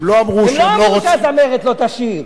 הם לא אמרו שהזמרת לא תשיר,